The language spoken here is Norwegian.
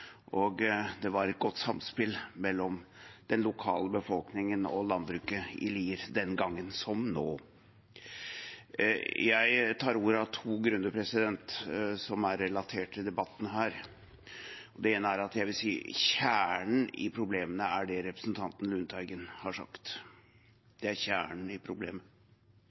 og det var et godt samspill mellom lokalbefolkningen og landbruket i Lier den gangen, som nå. Jeg tar ordet av to grunner, som er relatert til debatten her. Den ene er at jeg vil si at kjernen i problemet er det representanten Lundteigen har sagt. Det er kjernen i problemet.